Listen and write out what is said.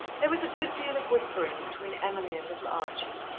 there was a good deal of whispering between emily and little archie,